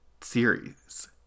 series